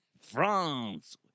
France